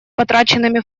потраченными